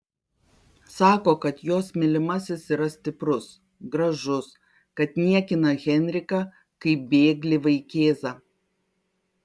sako kad jos mylimasis yra stiprus gražus kad niekina henriką kaip bėglį vaikėzą